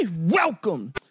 Welcome